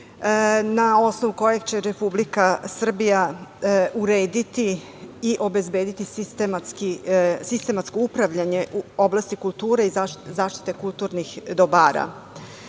na osnovu kojeg će Republika Srbija urediti i obezbediti sistematsko upravljanje u oblasti kulture i zaštite kulturnih dobara. Postoje